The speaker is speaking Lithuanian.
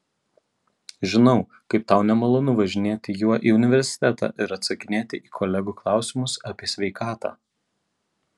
žinau kaip tau nemalonu važinėti juo į universitetą ir atsakinėti į kolegų klausimus apie sveikatą